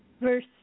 Verse